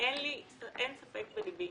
אין ספק בליבי